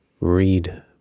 read